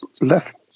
left